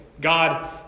God